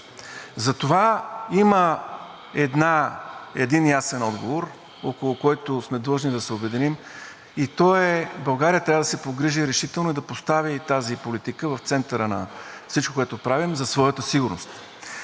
Затова има един ясен отговор, около който сме длъжни да се обединим, и той е: България трябва да се погрижи решително и да постави тази политика в центъра на всичко, което правим за своята сигурност.